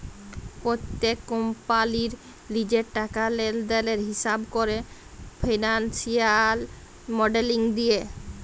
প্যত্তেক কম্পালির লিজের টাকা লেলদেলের হিঁসাব ক্যরা ফিল্যালসিয়াল মডেলিং দিয়ে